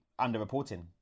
underreporting